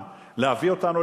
מה אתה רוצה,